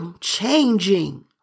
changing